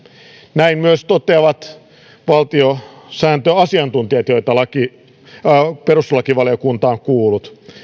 näin myös toteavat valtiosääntöasiantuntijat joita perustuslakivaliokunta on kuullut